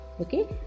Okay